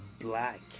black